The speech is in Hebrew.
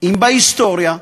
אם בהיסטוריה,